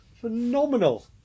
Phenomenal